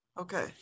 Okay